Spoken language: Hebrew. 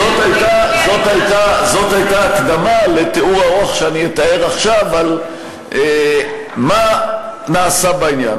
זאת הייתה הקדמה לתיאור ארוך שאני אתאר עכשיו מה נעשה בעניין.